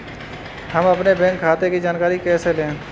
हम अपने बैंक खाते की जानकारी कैसे लें?